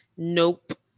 Nope